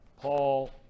paul